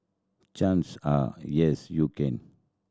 chance are yes you can